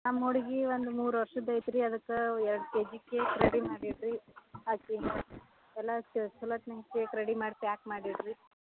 ನಮ್ಮ ಹುಡುಗಿ ಒಂದು ಮೂರು ವರ್ಷದ್ದು ಐತೆ ರಿ ಅದಕ್ಕೆ ಎರಡು ಕೆಜಿ ಕೇಕ್ ರೆಡಿ ಮಾಡಿ ಇಡಿರಿ ಚಲೊತ್ನಾಗ ಕೇಕ್ ರೆಡಿ ಮಾಡಿ ಪ್ಯಾಕ್ ಮಾಡಿ ಇಡಿರಿ